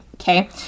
Okay